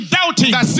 doubting